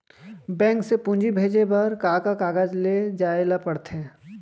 Bank से पूंजी भेजे बर का का कागज ले जाये ल पड़थे?